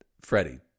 Freddie